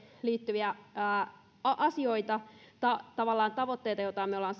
liittyviä asioita tavallaan tavoitteita joita me olemme